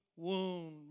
wound